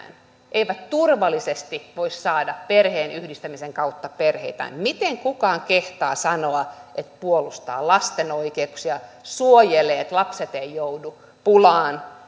eivät turvallisesti voi saada perheenyhdistämisen kautta perheitään miten kukaan kehtaa sanoa että puolustaa lasten oikeuksia suojelee että lapset eivät joudu pulaan